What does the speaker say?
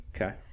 Okay